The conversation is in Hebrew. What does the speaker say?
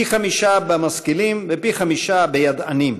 פי חמישה במשכילים ופי חמישה בידענים.